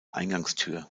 eingangstür